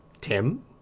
Tim